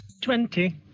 Twenty